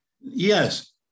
Yes